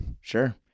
sure